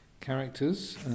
characters